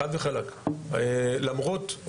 למרות,